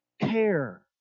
care